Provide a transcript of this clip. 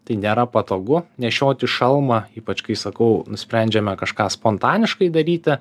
tai nėra patogu nešiotis šalmą ypač kai sakau nusprendžiame kažką spontaniškai daryti